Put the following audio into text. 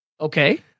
Okay